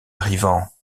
arrivant